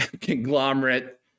conglomerate